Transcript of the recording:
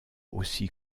aussi